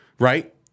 Right